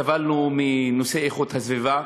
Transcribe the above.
סבלנו בנושא איכות הסביבה,